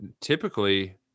typically –